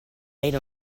made